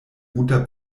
guter